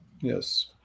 yes